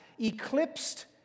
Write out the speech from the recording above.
eclipsed